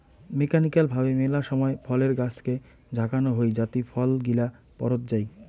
mechanical ভাবে মেলা সময় ফলের গাছকে ঝাঁকানো হই যাতি ফল গিলা পড়ত যাই